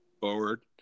Forward